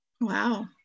Wow